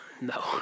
No